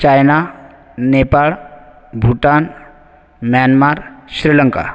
China Nepal Bhutan Myanmar Sri Lanka